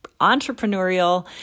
entrepreneurial